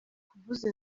kuvuza